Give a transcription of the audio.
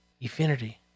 infinity